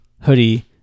hoodie